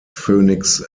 phoenix